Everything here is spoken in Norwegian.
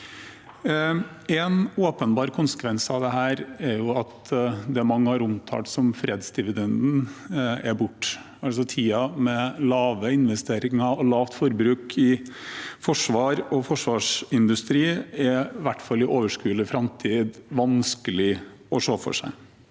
En åpenbar konsekvens av dette er at det mange har omtalt som fredsdividenden, er borte – tiden med lave investeringer og lavt forbruk i forsvar og forsvarsindustri er i hvert fall i overskuelig framtid vanskelig å se for seg.